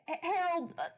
Harold